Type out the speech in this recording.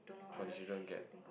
what decision get